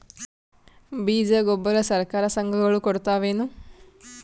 ಬೀಜ ಗೊಬ್ಬರ ಸರಕಾರ, ಸಂಘ ಗಳು ಕೊಡುತಾವೇನು?